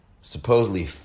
supposedly